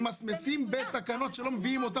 ממסמסים בתקנות שלא מביאים אותם.